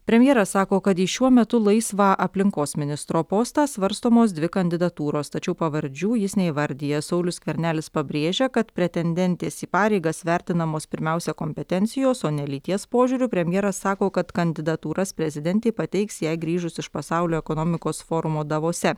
premjeras sako kad į šiuo metu laisvą aplinkos ministro postą svarstomos dvi kandidatūros tačiau pavardžių jis neįvardija saulius skvernelis pabrėžia kad pretendentės į pareigas vertinamos pirmiausia kompetencijos o ne lyties požiūriu premjeras sako kad kandidatūras prezidentei pateiks jai grįžus iš pasaulio ekonomikos forumo davose